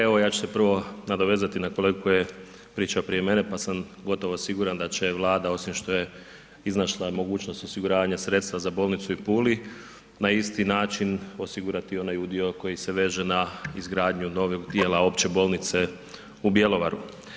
Evo ja ću se prvo nadovezati na kolegu koji je pričao prije mene pa sam gotovo siguran da će Vlada osim što je iznašla mogućnost osiguranja sredstva za bolnicu u Puli na isti način osigurati onaj udio koji se veže na izgradnju novog dijela Opće bolnice u Bjelovaru.